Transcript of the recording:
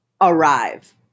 arrive